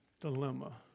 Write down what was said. dilemma